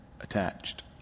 attached